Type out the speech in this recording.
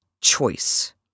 choice